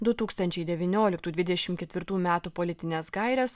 du tūkstančiai devynioliktų dvidešim ketvirtų metų politines gaires